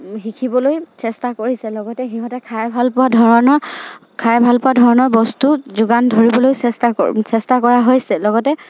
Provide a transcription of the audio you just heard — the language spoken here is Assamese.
শিকিবলৈ চেষ্টা কৰিছে লগতে সিহঁতে খাই ভালপোৱা ধৰণৰ বস্তু যোগান ধৰিবলৈ চেষ্টা কৰা হৈছে লগতে